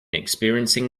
experiencing